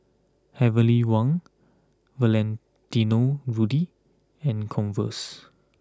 Heavenly Wang Valentino Rudy and Converse